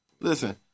Listen